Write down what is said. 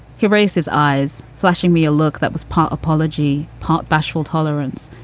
he raised his eyes, flashing me a look that was part apology, part bashful tolerance,